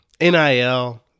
NIL